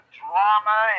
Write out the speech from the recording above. drama